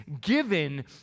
given